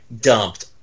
dumped